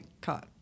cut